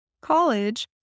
college